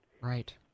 Right